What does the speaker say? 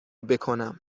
بکنم